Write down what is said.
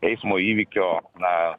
eismo įvykio na